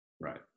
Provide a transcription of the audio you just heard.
Right